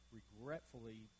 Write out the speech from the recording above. regretfully